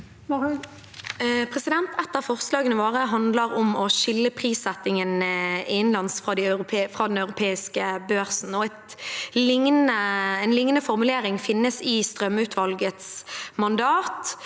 Et av forslagene våre handler om å skille prissettingen innenlands fra den europeiske børsen, og en lignende formulering finnes i strømutvalgets mandat.